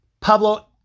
Pablo